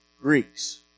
Greeks